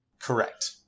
Correct